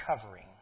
covering